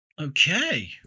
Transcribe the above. Okay